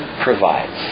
provides